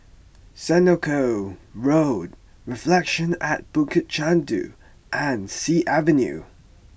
Senoko Road Reflections at Bukit Chandu and Sea Avenue